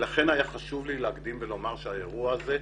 לכן היה חשוב לי להקדים ולומר שהאירוע הזה,